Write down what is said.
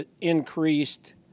increased